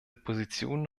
position